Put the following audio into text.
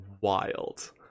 wild